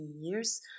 years